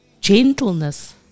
gentleness